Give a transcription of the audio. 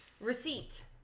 Receipt